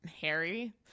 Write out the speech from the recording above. Harry